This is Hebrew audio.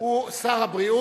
הוא שר הבריאות.